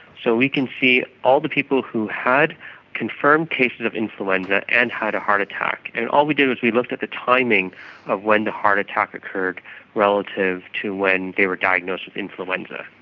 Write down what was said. so we can see all the people who had confirmed cases of influenza and had a heart attack. and all we did was we looked at the timing of when the heart attack occurred relative to when they were diagnosed with influenza.